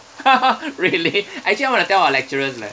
really actually I want to tell our lecturers leh